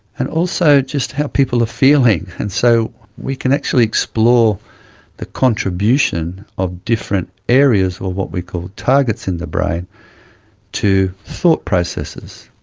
and also just how people are feeling. and so we can actually explore the contribution of different areas or what we call targets in the brain to thought processes.